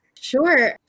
Sure